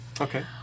Okay